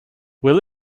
will